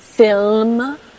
film